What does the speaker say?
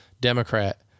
Democrat